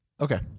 Okay